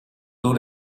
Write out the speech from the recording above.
two